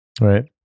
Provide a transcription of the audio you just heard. Right